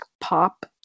pop